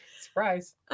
surprise